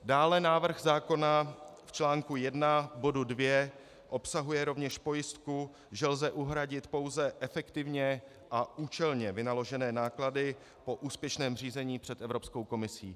Dále návrh zákona v článku 1 bodu 2 obsahuje rovněž pojistku, že lze uhradit pouze efektivně a účelně vynaložené náklady po úspěšném řízení před Evropskou komisí.